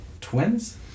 twins